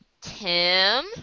Tim